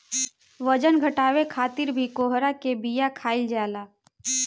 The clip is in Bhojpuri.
बजन घटावे खातिर भी कोहड़ा के बिया खाईल जाला